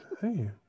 Hey